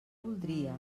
voldria